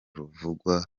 ruvugwa